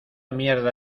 mierda